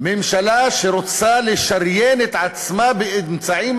ממשלה שרוצה לשריין את עצמה באמצעים